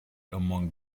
among